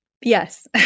Yes